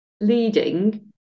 leading